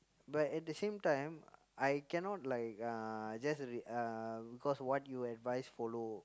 but at the same time I cannot like uh just re~ uh cause what your advice follow